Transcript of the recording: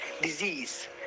disease